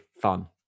fun